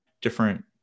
different